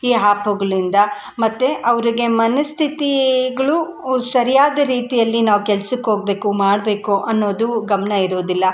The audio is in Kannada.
ಈ ಹ್ಯಾಪುಗಳಿಂದ ಮತ್ತು ಅವ್ರಿಗೆ ಮನಸ್ಥಿತಿಗಳು ಸರಿಯಾದ ರೀತಿಯಲ್ಲಿ ನಾವು ಕೆಲ್ಸಕ್ಕೆ ಹೋಗಬೇಕು ಮಾಡಬೇಕು ಅನ್ನೋದು ಗಮನ ಇರೋದಿಲ್ಲ